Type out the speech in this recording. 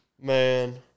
Man